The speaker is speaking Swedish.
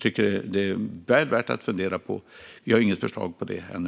Detta är väl värt att fundera på, men vi har inget sådant förslag ännu.